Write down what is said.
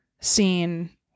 scene